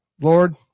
Lord